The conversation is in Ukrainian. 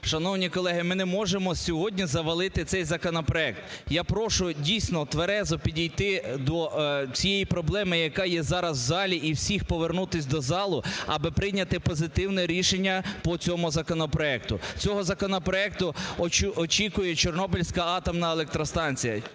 Шановні колеги, ми не можемо сьогодні завалити цей законопроект. Я прошу, дійсно, тверезо підійти до цієї проблеми, яка є зараз в залі, і всіх повернутись до залу, аби прийняти позитивне рішення по цьому законопроекту. Цього законопроекту очікує Чорнобильська атомна електростанція.